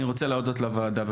אני רוצה להודות לוועדה.